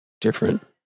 different